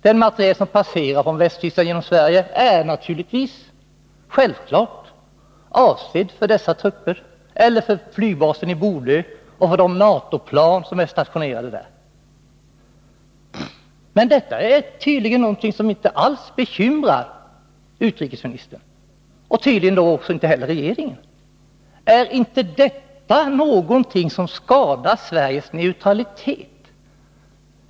Den materiel som passerar från Västtyskland genom Sverige är självklart avsedd för dessa trupper eller för flygbasen i Bodö och för de NATO-plan som är stationerade där. Men detta bekymrar tydligen inte alls utrikesministern och inte heller regeringen. Är inte detta någonting som skadar Sveriges neutralitet?